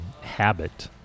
habit